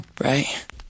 Right